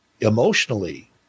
emotionally